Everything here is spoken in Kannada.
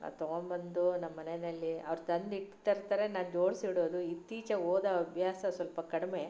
ಅದು ತಗೊಂಬಂದು ನಮ್ಮ ಮನೆಯಲ್ಲಿ ಅವರು ತಂದು ಇಕ್ತಿರ್ತಾರೆ ನಾನು ಜೋಡಿಸಿ ಇಡೋದು ಇತ್ತೀಚೆಗೆ ಓದೋ ಅಭ್ಯಾಸ ಸ್ವಲ್ಪ ಕಡಿಮೆ